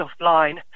offline